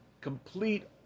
complete